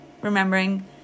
Remembering